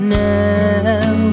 now